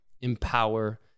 empower